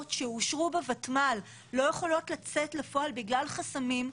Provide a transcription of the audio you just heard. שאושרו בוותמ"ל לא יכולות לצאת לפועל בגלל חסמים,